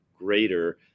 Greater